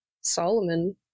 Solomon